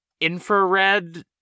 infrared